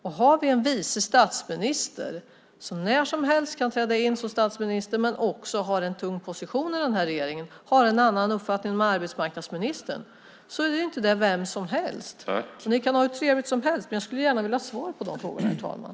Vi har en vice statsminister, som när som helst kan träda in som statsminister och som också har en tung position i den här regeringen, som har en annan uppfattning än arbetsmarknadsministern, och det är inte vem som helst. Ni kan ha hur trevligt som helst, men jag skulle gärna vilja ha svar på de frågorna, herr talman.